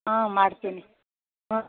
ಹಾಂ ಮಾಡ್ತೀನಿ ಹಾಂ